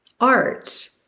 art